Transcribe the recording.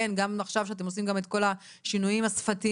כן גם אם עכשיו אתם עושים את כל השינויים השפתיים,